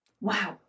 wow